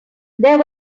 there